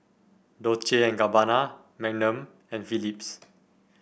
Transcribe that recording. Dolce and Gabbana Magnum and Philips